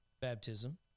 baptism